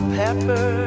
pepper